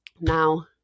Now